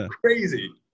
crazy